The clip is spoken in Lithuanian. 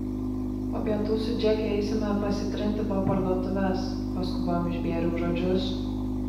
po pietų su džeke eisime pasitrinti po parduotuves paskubom išbėriau žodžius